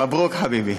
מברוכ, חביבי.